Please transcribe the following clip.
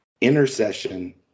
intercession